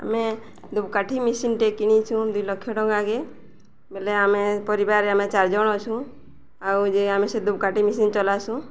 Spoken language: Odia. ଆମେ ଦୁପକାଠି ମେସିନ୍ଟେ କିଣିଛୁଁ ଦୁଇ ଲକ୍ଷ ଟଙ୍କାକେ ବେଲେ ଆମେ ପରିବାରରେ ଆମେ ଚାରି ଜଣ ଅଛୁଁ ଆଉ ଯେ ଆମେ ସେ ଦୁପକାଠି ମେସିନ୍ ଚଲାସୁଁ